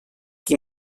qui